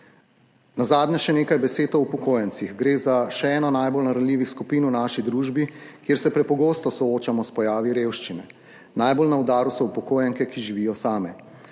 Nazadnje še nekaj besed o upokojencih. Gre za še eno najbolj ranljivih skupin v naši družbi, kjer se prepogosto soočamo s pojavi revščine. Najbolj na udaru so upokojenke, ki živijo same.